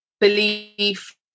belief